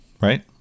right